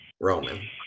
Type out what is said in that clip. Roman